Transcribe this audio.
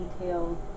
details